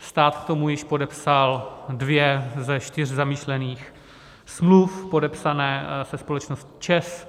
Stát k tomu již podepsal dvě ze čtyř zamýšlených smluv podepsaných se společností ČEZ.